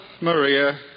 Maria